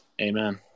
Amen